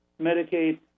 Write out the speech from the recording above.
Medicaid